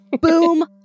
Boom